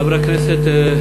חבר הכנסת,